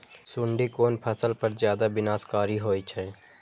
सुंडी कोन फसल पर ज्यादा विनाशकारी होई छै?